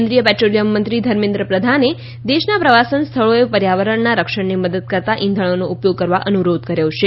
કેન્દ્રીય પ્રેટ્રોલિયમ મંત્રી ધર્મેન્દ્ર પ્રધાને દેશના પ્રવાસન સ્થળોએ પર્યાવરણના રક્ષણને મદદ કરતા ઈંધણોનો ઉપયોગ કરવા અનુરોધ કર્યો છે